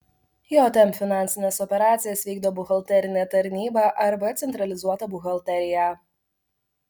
jm finansines operacijas vykdo buhalterinė tarnyba arba centralizuota buhalterija